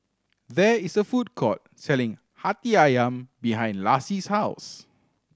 there is a food court selling Hati Ayam behind Lassie's house